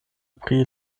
pri